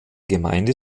gemeinde